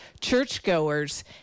churchgoers